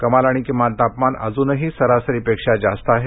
कमाल आणि किमान तापमान अजूनही सरसरीपेक्षा जास्त आहे